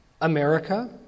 America